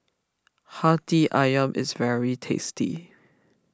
Hati Ayam is very tasty